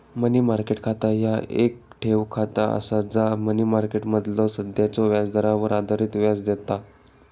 मनी market खाता ह्या येक ठेव खाता असा जा मनी मार्केटमधलो सध्याच्यो व्याजदरावर आधारित व्याज देता